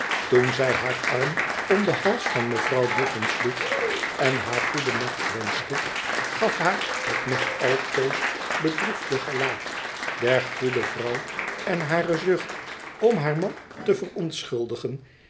toen zij haar arm om den hals van mevrouw boffin sloeg en haar goedennacht wenschte gaf haar het nog altoos bedroefde gelaat der goede vrouw en hare zucht om haar man te verontschuldigen